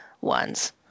ones